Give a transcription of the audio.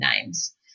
names